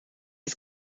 das